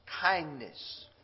kindness